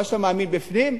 מה שאתה מאמין בפנים,